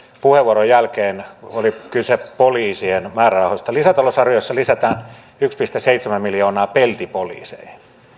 puheenvuoron jälkeen oli kyse poliisien määrärahoista lisätalousarviossa lisätään yksi pilkku seitsemän miljoonaa peltipoliiseihin